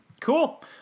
Cool